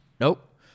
Nope